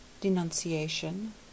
denunciation